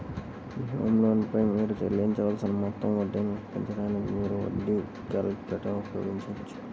మీ home loan పై మీరు చెల్లించవలసిన మొత్తం వడ్డీని లెక్కించడానికి, మీరు వడ్డీ క్యాలిక్యులేటర్ ఉపయోగించవచ్చు